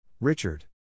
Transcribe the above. Richard